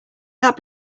that